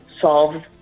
solve